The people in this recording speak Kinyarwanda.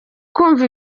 kumva